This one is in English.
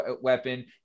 weapon